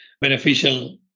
beneficial